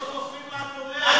לא שומעים מה את אומרת.